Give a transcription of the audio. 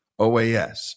OAS